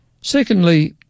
Secondly